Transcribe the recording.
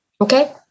Okay